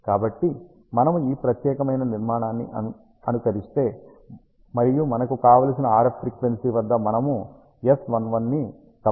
కాబట్టి మనము ఈ ప్రత్యేకమైన నిర్మాణాన్ని అనుకరిస్తే మరియు మనకి కావలసిన RF ఫ్రీక్వెన్సీ వద్ద మనము S11 ని గమనిస్తాము ఇది 4